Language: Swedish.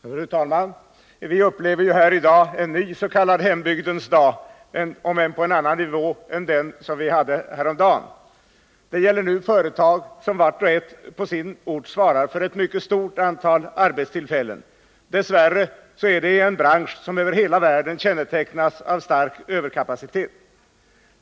Fru talman! Vi upplever i dag en ny s.k. hembygdens dag, om än på en annan nivå än den vi hade häromdagen. Det gäller nu företag som vart och ett på sin ort svarar för ett mycket stort antal arbetstillfällen. Dess värre är det i en bransch som över hela världen kännetecknas av stark överkapacitet.